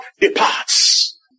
departs